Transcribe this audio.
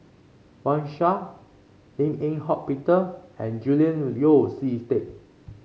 Wang Sha Lim Eng Hock Peter and Julian Yeo See Teck